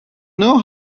know